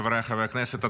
חבריי חברי הכנסת,